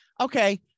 okay